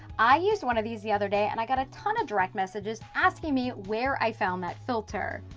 i used one of these the other day and i got a ton of direct messages asking me where i found that filter.